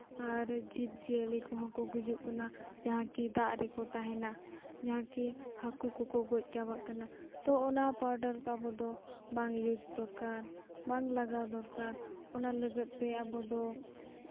ᱟᱨ ᱡᱤᱵᱽᱼᱡᱤᱭᱟᱹᱞᱤ ᱠᱚᱦᱚᱸ ᱠᱚ ᱜᱩᱡᱩᱜ ᱠᱟᱱᱟ ᱡᱟᱦᱟᱸ ᱠᱤ ᱫᱟᱜ ᱨᱮᱠᱚ ᱛᱟᱦᱮᱱᱟ ᱡᱟᱦᱟᱸ ᱠᱤ ᱦᱟᱹᱠᱩ ᱠᱚᱠᱚ ᱜᱚᱡ ᱪᱟᱵᱟᱜ ᱠᱟᱱᱟ ᱛᱳ ᱚᱱᱟ ᱯᱟᱣᱰᱟᱨ ᱠᱚ ᱟᱵᱚ ᱫᱚ ᱵᱟᱝ ᱤᱭᱩᱡᱽ ᱫᱚᱨᱠᱟᱨ ᱵᱟᱝ ᱞᱟᱜᱟᱣ ᱫᱚᱨᱠᱟᱨ ᱚᱱᱟ ᱞᱟᱹᱜᱤᱫᱛᱮ ᱟᱵᱚᱫᱚ